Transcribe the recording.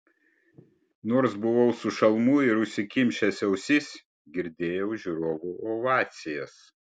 nors buvau su šalmu ir užsikimšęs ausis girdėjau žiūrovų ovacijas